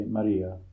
Maria